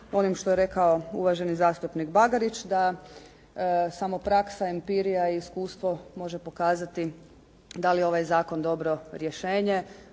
ovim što je rekao uvaženi zastupnik Bagarić da samo praksa empirija i iskustvo može pokazati da li je ovaj zakon dobro rješenje?